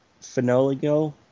Finoligo